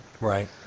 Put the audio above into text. right